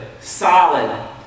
solid